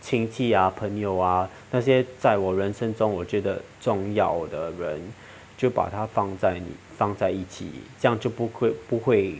亲戚啊朋友啊那些在我人生中我觉得重要的人就把他放在你放在一起这样不会不会